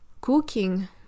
cooking